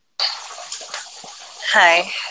Hi